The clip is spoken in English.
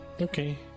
Okay